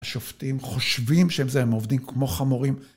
השופטים חושבים שהם זה, הם עובדים כמו חמורים.